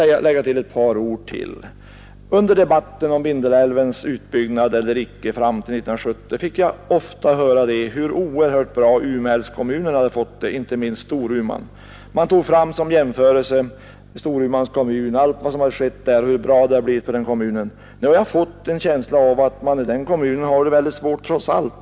Jag vill tillägga ett par ord. Under den debatt som fördes fram till år 1970 om utbyggnad eller inte utbyggnad av Vindelälven fick jag ofta höra hur oerhört bra Umeälvskommunerna hade fått det, inte minst Storuman. Som jämförelse drog man fram allt som skett i Storuman och hur bra det hade blivit för den kommunen. Jag har en känsla att man trots allt har det mycket svårt i den kommunen.